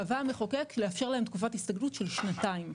קבע המחוקק לאפשר להם תקופת הסתגלות של שנתיים.